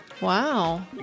Wow